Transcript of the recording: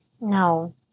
no